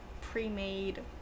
pre-made